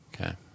Okay